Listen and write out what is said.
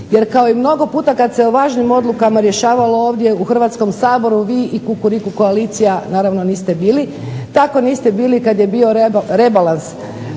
jer kao i mnogo puta kada se o važnim odlukama rješavalo ovdje u Hrvatskom saboru vi i kukuriku koalicija naravno niste bili. Tako niste bili kada je bio rebalans